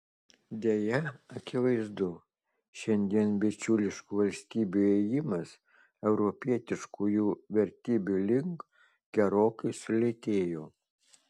deja akivaizdu šiandien bičiuliškų valstybių ėjimas europietiškųjų vertybių link gerokai sulėtėjo